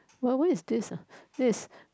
what what is this ah this